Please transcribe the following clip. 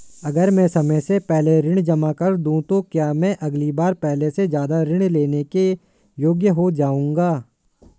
अगर मैं समय से पहले ऋण जमा कर दूं तो क्या मैं अगली बार पहले से ज़्यादा ऋण लेने के योग्य हो जाऊँगा?